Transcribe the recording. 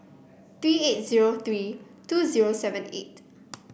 three eight zero three two zero seven eight